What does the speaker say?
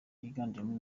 yiganjemo